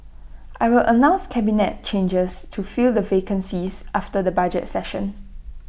I will announce cabinet changes to fill the vacancies after the budget session